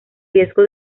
riesgo